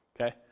okay